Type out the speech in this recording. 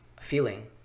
feeling